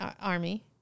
army